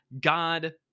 God